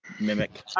mimic